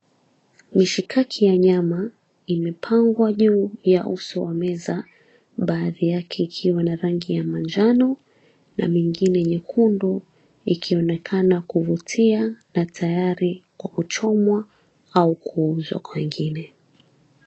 Mishikaki ya nyama imepangwa juu ya uso wa meza baadhi yake ikiwa na rangi ya manjano na mengine nyekundu ikionekana kuvutia na tayari kwa kuchomwa au kuuzwa kwa wengine.